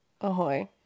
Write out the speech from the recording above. Ahoy